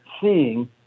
seeing